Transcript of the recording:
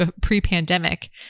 pre-pandemic